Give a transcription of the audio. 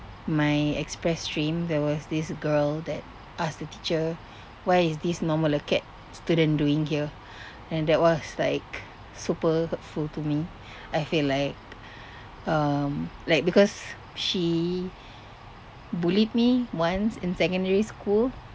my express stream there was this girl that asked the teacher why is this normal acad student doing here and that was like super hurtful to me I feel like um like because she bullied me once in secondary school